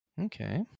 Okay